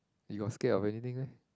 you got scared of anything meh